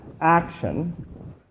action